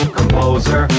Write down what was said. composer